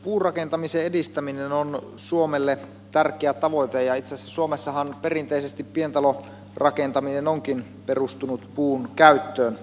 puurakentamisen edistäminen on suomelle tärkeä tavoite ja itse asiassa suomessahan perinteisesti pientalorakentaminen onkin perustunut puun käyttöön